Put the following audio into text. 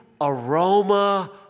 aroma